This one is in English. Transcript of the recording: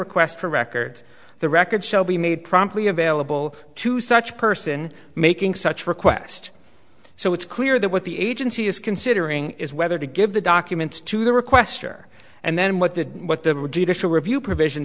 request for records the record shall be made promptly available to such person making such request so it's clear that what the agency is considering is whether to give the documents to the requester and then what the what the national review provision